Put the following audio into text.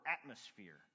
atmosphere